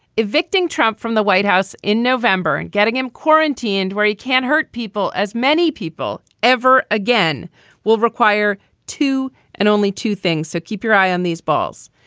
evicting trump from the white house in november and getting him quarantined where he can't hurt people, as many people ever again will require two and only two things. so keep your eye on these balls.